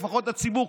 ולפחות הציבור,